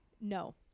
No